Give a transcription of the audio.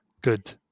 good